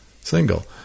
single